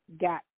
got